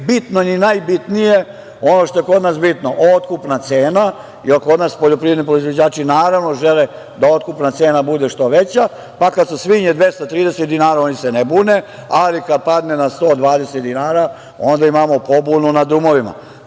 bitno ni najbitnije ono što je kod nas bitno, otkupna cena. Kod nas poljoprivredni proizvođači, naravno, žele da otkupna cena bude što veća, pa kada su svinje 230 dinara oni se ne bune, ali kada padne na 120 dinara, onda imamo pobunu da drumovima. To